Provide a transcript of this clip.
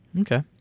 Okay